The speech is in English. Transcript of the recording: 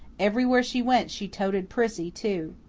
everywhere she went she toted prissy, too.